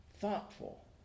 thoughtful